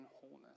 wholeness